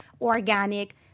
organic